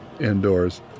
indoors